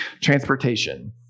Transportation